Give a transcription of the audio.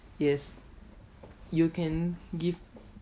yes you can give